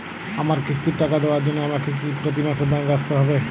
আমার কিস্তির টাকা দেওয়ার জন্য আমাকে কি প্রতি মাসে ব্যাংক আসতে হব?